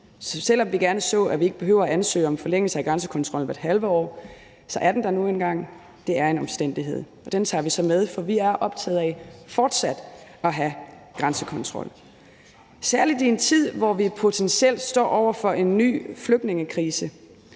Så selv om vi gerne så, at vi ikke behøver at ansøge om forlængelse af grænsekontrollen hvert halve år, så er den der nu engang. Det er en omstændighed, og den tager vi så med, for vi er optaget af fortsat at have grænsekontrol, særlig i en tid, hvor vi potentielt står over for en ny flygtningekrise.